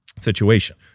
situation